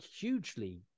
hugely